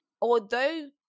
Although-